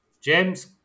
James